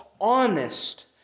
honest